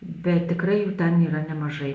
bet tikrai jų ten yra nemažai